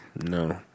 no